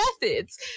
methods